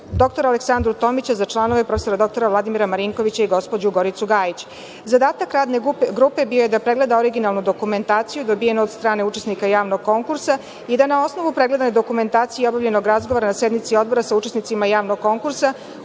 dr Aleksandru Tomić, a za članove prof. dr Vladimira Marinkovića i Goricu Gajić. Zadatak radne grupe bio je da pregleda originalnu dokumentaciju dobijenu od strane učesnika javnog konkursa i da na osnovu pregledane dokumentacije i obavljenog razgovora, na sednici Odbora, sa učesnicima javnog konkursa,